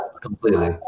completely